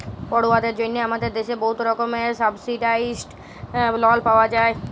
পড়ুয়াদের জ্যনহে আমাদের দ্যাশে বহুত রকমের সাবসিডাইস্ড লল পাউয়া যায়